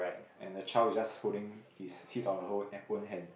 and a child is just holding his his our hold hand own hand